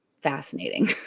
fascinating